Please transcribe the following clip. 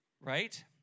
right